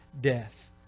death